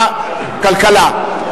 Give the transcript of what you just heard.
כלכלה.